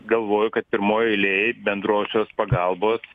galvoju kad pirmoj eilėj bendrosios pagalbos